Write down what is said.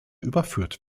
überführt